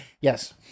Yes